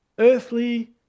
earthly